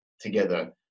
together